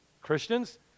Christians